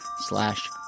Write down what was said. slash